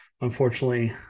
Unfortunately